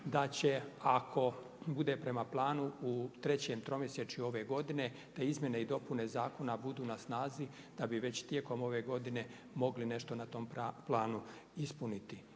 da će, ako bude prema planu u trećem tromjesečju ove godine te izmjene i dopune zakona budu na snazi, da bi već tijekom ove godine mogli nešto na tom planu ispuniti.